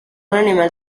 animal